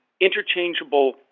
interchangeable